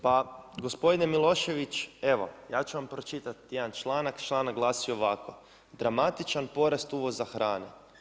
Pa gospodine Milošević, evo ja ću vam pročitati jedan članak, članak glasi ovako „Dramatičan poraz uvoza hrane.